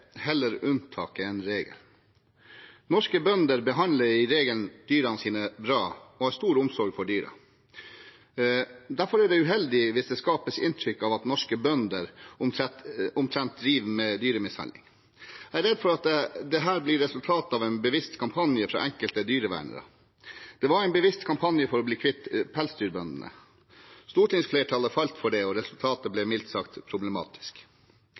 heller unntaket enn regelen. Norske bønder behandler i regelen dyrene sine bra og har stor omsorg for dem. Derfor er det uheldig hvis det skapes inntrykk av at norske bønder omtrent driver med dyremishandling. Jeg er redd for at dette blir resultatet av en bevisst kampanje fra enkelte dyrevernere. Det var en bevisst kampanje for å bli kvitt pelsdyrbøndene. Stortingsflertallet falt for det, og resultatet ble mildt sagt problematisk.